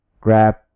grab